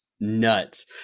nuts